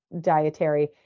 dietary